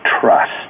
trust